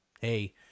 hey